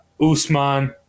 Usman